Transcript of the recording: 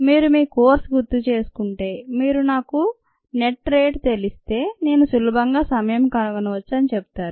మీరు మీ కోర్సు గుర్తు చేసుకుంటే మీరు నాకు నెట్ రేటు తెలిస్తే నేను చాలా సులభంగా సమయం కనుగొనవచ్చు అని చెబుతారు